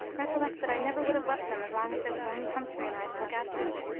recollect that i never would have left them as long as there was only humphrey and i to look after them,